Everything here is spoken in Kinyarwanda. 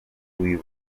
wiwe